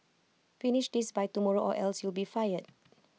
finish this by tomorrow or else you'll be fired